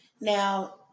now